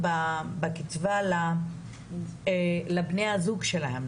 מסוימת בקצבה של בן הזוג שלהן.